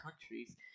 countries